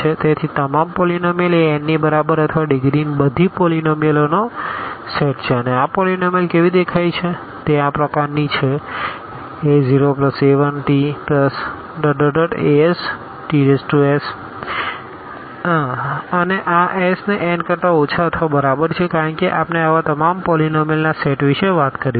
તેથી તમામ પોલીનોમીઅલ એ n ની બરાબર અથવા ડીગ્રીની બધી પોલીનોમીઅલઓનો સેટ છે અને આ પોલીનોમીઅલ કેવી દેખાય છે તે આ પ્રકારની છેa0a1tasts ની અને આ s એ n કરતા ઓછા અથવા બરાબર છે કારણ કે આપણે આવા તમામ પોલીનોમીઅલના સેટ વિશે વાત કરવી છે